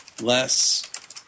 less